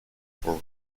for